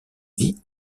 vit